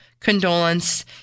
condolence